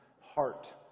heart